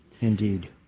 Indeed